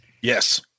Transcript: Yes